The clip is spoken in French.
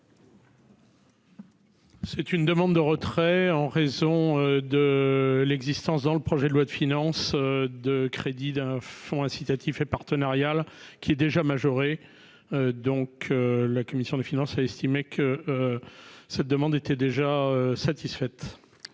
C'est une demande de retrait en raison de l'existence dans le projet de loi de finances de crédit d'un fonds incitatif et partenariale qui est déjà majoré donc la commission des finances, a estimé que cette demande était déjà satisfaite.